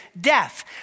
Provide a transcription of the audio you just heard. death